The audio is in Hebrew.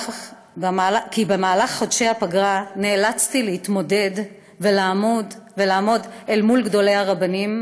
כי בחודשי הפגרה נאלצתי להתמודד ולעמוד אל מול גדולי הרבנים,